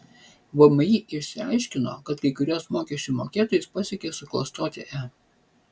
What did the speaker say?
vmi išsiaiškino kad kai kuriuos mokesčių mokėtojus pasiekė suklastoti e